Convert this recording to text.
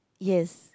yes